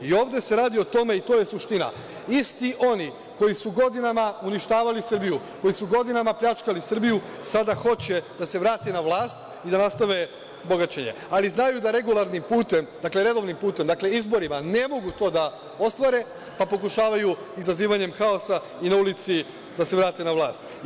I ovde se radi o tome, i to je suština, isti oni koji su godinama uništavali Srbiju, koji su godinama pljačkali Srbiju, sada hoće da se vrate na vlast i da nastave bogaćenje, ali znaju da regularnim putem, dakle, redovnim putem, izborima, ne mogu to da ostvare, pa pokušavaju izazivanjem haosa i na ulici da se vrate na vlast.